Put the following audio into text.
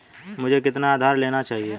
मुझे कितना उधार लेना चाहिए?